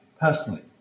personally